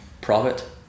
profit